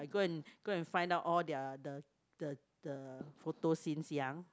go and go and find out all their the the the photo since young